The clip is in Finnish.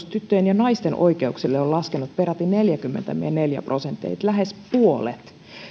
tyttöjen ja naisten oikeuksille on laskenut peräti neljäkymmentäneljä prosenttia eli lähes puolet